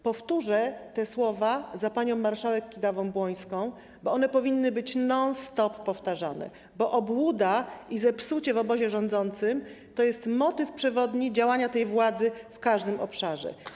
Powtórzę te słowa za panią marszałek Kidawą-Błońską, bo one powinny być non stop powtarzane, bo obłuda i zepsucie w obozie rządzącym to jest motyw przewodni działania tej władzy w każdym obszarze.